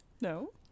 No